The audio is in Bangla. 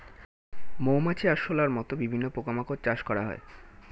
মৌমাছি, আরশোলার মত বিভিন্ন পোকা মাকড় চাষ করা হয়